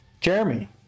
Jeremy